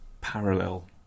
parallel